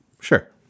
Sure